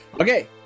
Okay